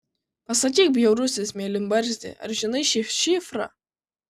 pasakyk bjaurusis mėlynbarzdi ar žinai šį šifrą